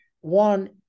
One